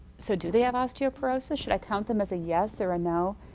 so do they have osteoporosis? should i count them as a yes or a no?